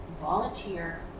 volunteer